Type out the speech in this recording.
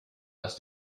dass